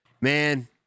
Man